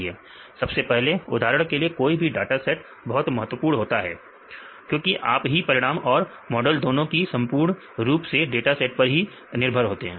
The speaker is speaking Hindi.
सबसे पहले उदाहरण के लिए कोई भी डाटा सेट बहुत महत्वपूर्ण होता है क्योंकि आप ही परिणाम और मॉडल दोनों ही संपूर्ण रुप से डाटा सेट पर ही निर्भर होते हैं